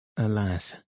Alas